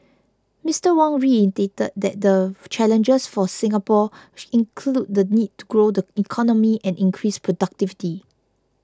Mister Wong reiterated that the challenges for Singapore include the need to grow the economy and increase productivity